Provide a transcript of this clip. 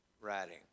writing